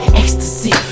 ecstasy